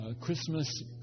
Christmas